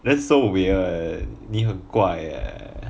that's so weird 你很怪 eh